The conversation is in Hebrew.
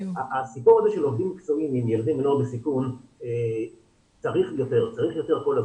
הסיפור הזה של עובדים עם ילדים ונוער בסיכון צריך יותר כל הזמן.